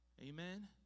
Amen